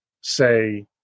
say